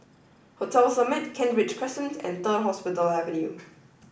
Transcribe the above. hotel Summit Kent Ridge Crescent and Third Hospital Avenue